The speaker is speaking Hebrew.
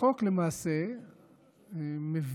החוק למעשה מביא